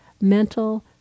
mental